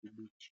kibichi.